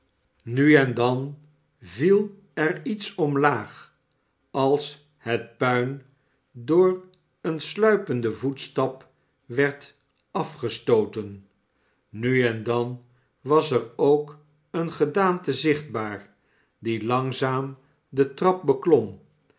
nu en dan viel er iets omlaag als het puin door een sluipenden voetstap werd afgestooten nu en dan was er ook een gedaante zichtbaar die langzaam de trap beklom